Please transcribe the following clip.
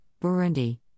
Burundi